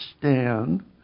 stand